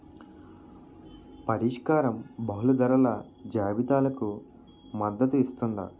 పరిష్కారం బహుళ ధరల జాబితాలకు మద్దతు ఇస్తుందా?